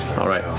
all right.